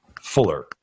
fuller